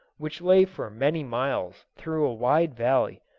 which lay for many miles through a wide valley,